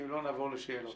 ואם לא נעבור לשאלות.